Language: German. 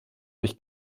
durch